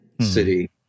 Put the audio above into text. city